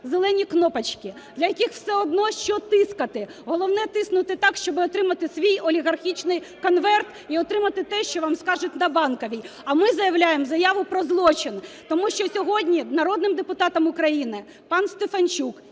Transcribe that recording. "зелені кнопочки", для яких все одно, що тискати, головне – тиснути так, щоб отримати свій олігархічний "конверт" і отримати те, що вам скажуть на Банковій. А ми заявляємо заяву про злочин. Тому що сьогодні народним депутатам України пан Стефанчук